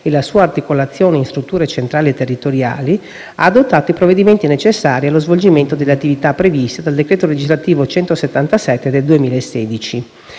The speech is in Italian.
e la sua articolazione in strutture centrali e territoriali, ha adottato i provvedimenti necessari allo svolgimento delle attività previste dal decreto legislativo n. 177 del 2016.